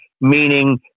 meaning